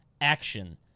action